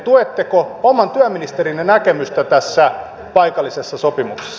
tuetteko oman työministerinne näkemystä tässä paikallisessa sopimuksessa